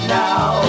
now